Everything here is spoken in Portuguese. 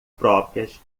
próprias